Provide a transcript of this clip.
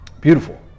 Beautiful